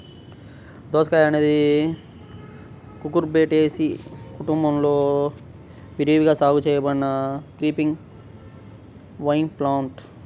దోసకాయఅనేది కుకుర్బిటేసి కుటుంబంలో విరివిగా సాగు చేయబడిన క్రీపింగ్ వైన్ప్లాంట్